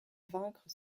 vaincre